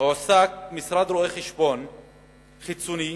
הועסק משרד רואי-חשבון חיצוני,